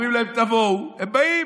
אומרים להם: תבואו, הם באים,